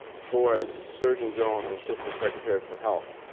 four as surgeon general and assistant secretary for health,